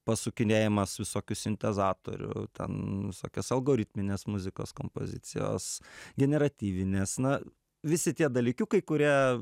pasukinėjimas visokių sintezatorių ten visokios algoritminės muzikos kompozicijos generatyvinės na visi tie dalykiukai kurie